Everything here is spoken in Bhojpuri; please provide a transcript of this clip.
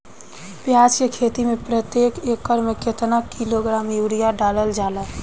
प्याज के खेती में प्रतेक एकड़ में केतना किलोग्राम यूरिया डालल जाला?